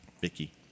vicky